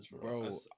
Bro